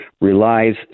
relies